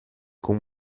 com